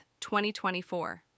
2024